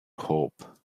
hope